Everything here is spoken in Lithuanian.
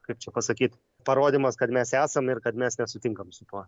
kaip čia pasakyt parodymas kad mes esam ir kad mes nesutinkam su tuo